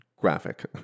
graphic